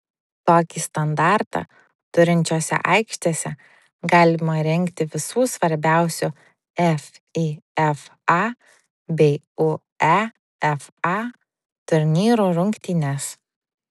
tokį standartą turinčiose aikštėse galima rengti visų svarbiausių fifa bei uefa turnyrų rungtynes